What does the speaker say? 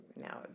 now